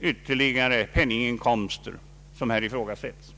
ytterligare penninginkomster som här ifrågasätts.